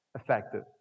effective